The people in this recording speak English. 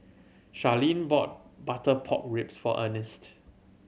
Sharlene bought butter pork ribs for Earnest